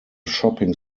shopping